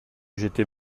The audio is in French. j’étais